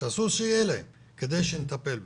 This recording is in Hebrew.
שאסור שיהיו להם, כדי שנטפל בהם.